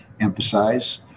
emphasize